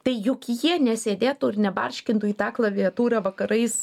tai juk jie nesėdėtų ir nebarškintų į tą klaviatūrą vakarais